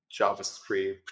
JavaScript